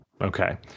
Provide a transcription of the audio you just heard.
Okay